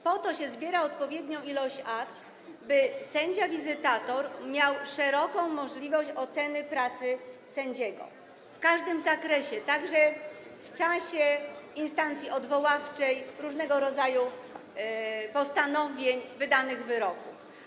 Po to zbiera się odpowiednią ilość akt, by sędzia wizytator miał szeroką możliwość oceny pracy sędziego w każdym zakresie, także w zakresie instancji odwoławczej, różnego rodzaju postanowień, wydanych wyroków.